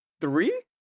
three